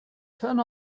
turn